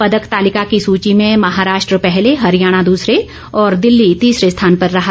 पदक तालिका की सूची में महाराष्ट्र पहले हरियाणा दूसरे और दिल्ली तीसरे स्थान पर रहा